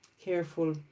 careful